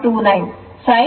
29 sin 36